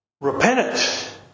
Repentance